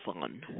fun